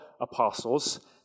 apostles